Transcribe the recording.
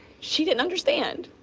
she didn't understand.